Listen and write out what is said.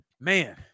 man